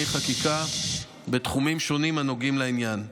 חקיקה בתחומים שונים הנוגעים לעניין.